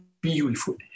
beautiful